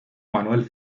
manuel